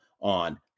on